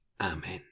Amen